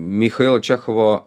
michailo čechovo